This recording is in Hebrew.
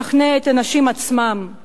לשכנע את הנשים עצמן,